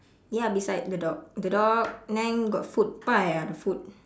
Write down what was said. ya beside the dog the dog and then got food pie ah the food